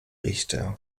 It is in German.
richter